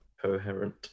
Coherent